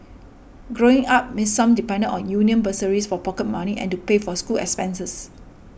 growing up Miss Sum depended on union bursaries for pocket money and to pay for school expenses